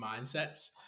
mindsets